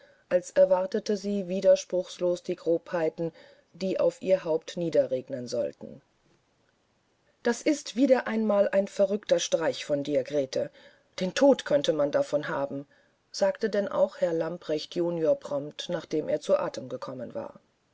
als erwarte sie widerspruchslos die grobheiten die auf ihr haupt niederregnen sollten das ist wieder einmal ein verrückter streich von dir grete den tod könnte man davon haben sagte denn auch herr lamprecht junior prompt nachdem er zu atem gekommen war